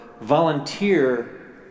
volunteer